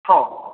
हँ